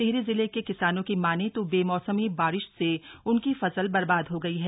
टिहरी जिले के किसानों की माने तो बेमौसमी बारिश से उनकी फसल बर्बाद हो गई है